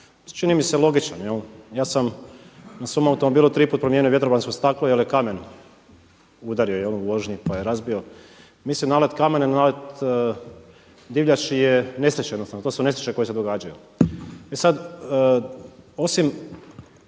čini mi se logičan. Ja sam na svom automobilu tri put promijenio vjetrobransko staklo jel je kamen udario u vožnji pa je razbio. Mislim nalet kamena i nalet divljači je … to su nesreće koje se događaju. E sada, osim